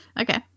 Okay